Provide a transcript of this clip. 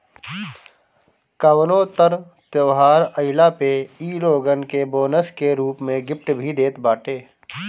कवनो तर त्यौहार आईला पे इ लोगन के बोनस के रूप में गिफ्ट भी देत बाटे